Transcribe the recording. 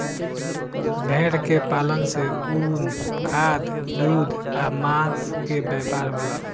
भेड़ के पालन से ऊन, खाद, दूध आ मांस के व्यापार होला